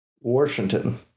Washington